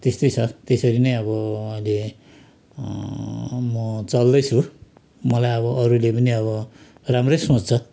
त्यस्तै छ त्यसरी नै अब अहिले म चल्दैछु मलाई अब अरूले पनि अब राम्रै सोच्छ